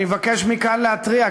אני מבקש מכאן להתריע,